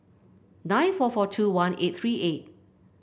nine four four two one eight three eight